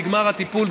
נגמר הטיפול,